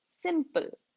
simple